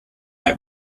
mei